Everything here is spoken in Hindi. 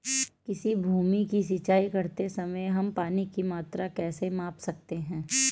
किसी भूमि की सिंचाई करते समय हम पानी की मात्रा कैसे माप सकते हैं?